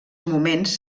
moments